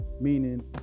meaning